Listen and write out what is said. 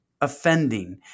offending